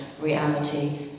reality